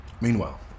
Meanwhile